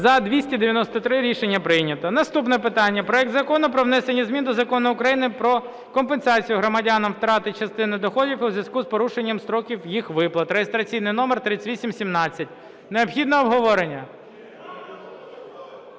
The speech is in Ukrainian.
За-293 Рішення прийнято. Наступне питання – проект Закону про внесення змін до Закону України "Про компенсацію громадянам втрати частини доходів у зв'язку з порушенням строків їх виплат" (реєстраційний номер 3817). Необхідне обговорення?